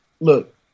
look